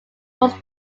was